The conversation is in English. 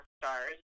Stars